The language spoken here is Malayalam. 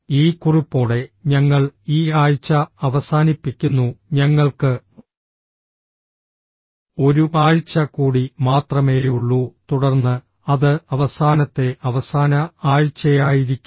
ഈ കുറിപ്പോടെ ഞങ്ങൾ ഈ ആഴ്ച അവസാനിപ്പിക്കുന്നു ഞങ്ങൾക്ക് ഒരു ആഴ്ച കൂടി മാത്രമേയുള്ളൂ തുടർന്ന് അത് അവസാനത്തെ അവസാന ആഴ്ചയായിരിക്കും